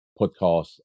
podcast